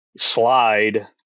Slide